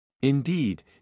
Indeed